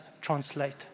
translate